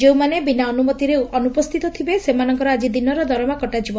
ଯେଉଁମାନେ ବିନା ଅନୁମତିରେ ଅନୁପସ୍ଥିତ ଥିବେ ସେମାନଙ୍କର ଆଜି ଦିନର ଦରମା କଟାଯିବ